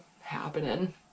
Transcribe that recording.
happening